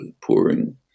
pouring